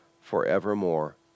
forevermore